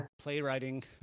playwriting